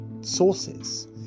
sources